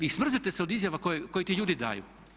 I smrznete se od izjava koje ti ljudi daju.